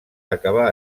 acabà